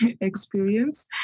experience